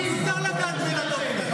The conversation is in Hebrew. הציבור לא רוצה אתכם.